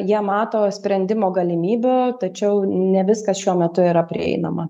jie mato sprendimo galimybių tačiau ne viskas šiuo metu yra prieinama